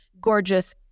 gorgeous